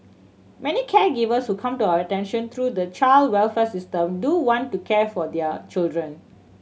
many caregivers who come to our attention through the child welfare system do want to care for their children